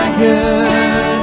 good